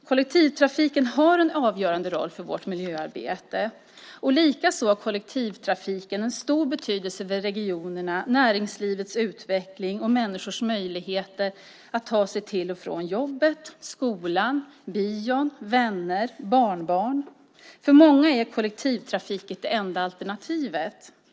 Kollektivtrafiken har en avgörande roll för vårt miljöarbete. Likaså har kollektivtrafiken en stor betydelse för regioner, för näringslivets utveckling och för människors möjligheter att ta sig till och från jobbet, skolan, bion, vänner och barnbarn. För många är kollektivtrafiken det enda alternativet.